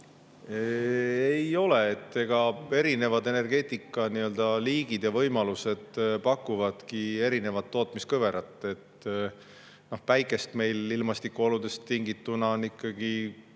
Ei ole. Erinevad energeetika liigid ja võimalused pakuvadki erinevat tootmiskõverat. Päikest meil ilmastikuoludest tingituna on ikkagi,